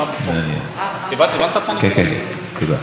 בבקשה, אדוני.